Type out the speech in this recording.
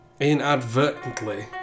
Inadvertently